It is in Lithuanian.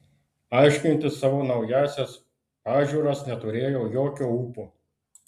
aiškinti savo naująsias pažiūras neturėjau jokio ūpo